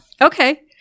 Okay